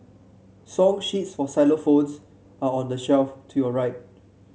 song sheets for xylophones are on the shelf to your right